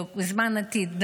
לזמן עתיד,